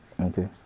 Okay